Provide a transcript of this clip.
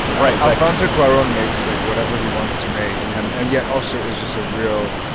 right alfonso cuaron makes, like, whatever he wants to make and yet also is just a real